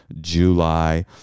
July